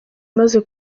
amaze